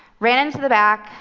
ran into the back,